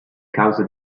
cause